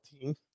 team